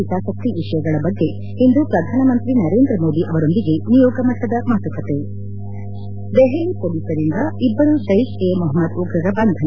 ಹಿತಾಸಕ್ತಿ ವಿಷಯಗಳ ಬಗ್ಗೆ ಇಂದು ಪ್ರಧಾನಮಂತಿ ನರೇಂದ ಮೋದಿ ಅವರೊಂದಿಗೆ ನಿಯೋಗ ಮಟ್ಟದ ಮಾತುಕತೆ ದೆಹಲಿ ಪೊಲೀಸರಿಂದ ಇಬ್ಬರು ಜೈಷ್ ಎ ಮೊಹಮ್ಮದ್ ಉಗ್ರರ ಬಂಧನ